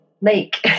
make